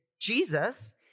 Jesus